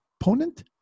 opponent